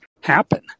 happen